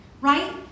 right